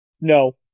No